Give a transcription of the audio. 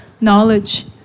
knowledge